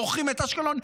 מורחים את אשקלון.